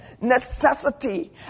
necessity